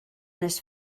this